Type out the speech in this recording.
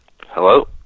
Hello